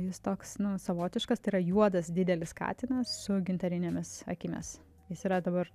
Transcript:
jis toks nu savotiškas tai yra juodas didelis katinas su gintarinėmis akimis jis yra dabar